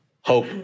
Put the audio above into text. hope